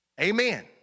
Amen